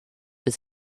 was